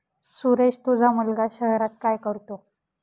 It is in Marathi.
सुरेश तुझा मुलगा शहरात काय करतो